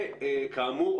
וכאמור,